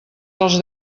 dels